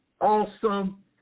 awesome